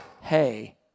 hey